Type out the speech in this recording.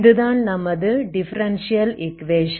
இதுதான் நமது differential equation